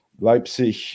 Leipzig